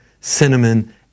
cinnamon